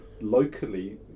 locally